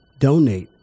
donate